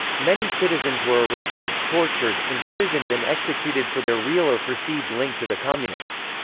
many citizens were arrested, tortured, imprisoned and executed for their real or perceived link to the communists.